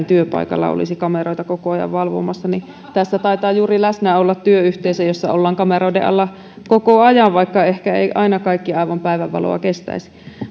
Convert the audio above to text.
työpaikalla olisi kameroita koko ajan valvomassa niin tässä taitaa juuri läsnä olla työyhteisö jossa ollaan kameroiden alla koko ajan vaikka ehkä ei aina kaikki aivan päivänvaloa kestäisi